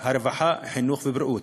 בגללם, רווחה, חינוך ובריאות,